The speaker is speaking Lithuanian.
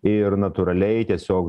ir natūraliai tiesiog